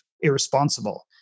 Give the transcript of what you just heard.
irresponsible